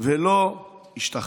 ולא ישתחוֶה".